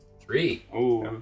Three